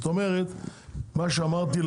מה שאמרתי,